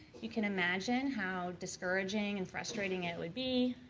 you can imagine how discouraging and frustrating it would be.